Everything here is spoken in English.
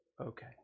okay